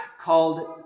called